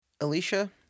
Alicia